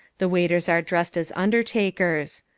the waiters are dressed as undertakers.